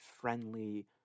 friendly